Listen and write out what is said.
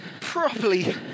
properly